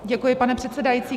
Děkuji, pane předsedající.